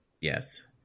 Yes